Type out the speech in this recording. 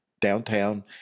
downtown